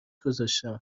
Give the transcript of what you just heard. گذاشتم